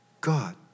God